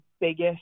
biggest